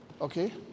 Okay